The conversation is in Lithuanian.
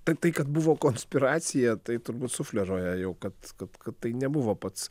tai tai kad buvo konspiracija tai turbūt sufleruoja jau kad kad kad tai nebuvo pats